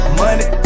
money